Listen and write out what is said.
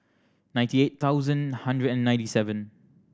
ninety eight thousand hundred and ninety seven